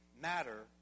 matter